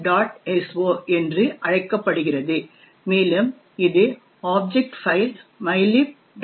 so என்று அழைக்கப்படுகிறது மேலும் இது ஆப்ஜெக்ட் ஃபைல் mylib